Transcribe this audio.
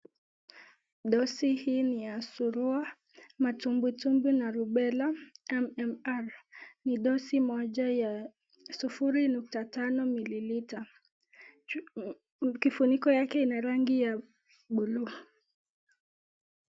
Dosi hii ni ya surua ,matumbwi tumbwi na rubella MMR . Ni dosi moja ya sufuri nukta tano mililita, kifuniko yake ina rangi ya buluu.